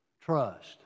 Trust